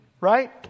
Right